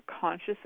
conscious